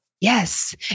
Yes